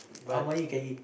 how many you can eat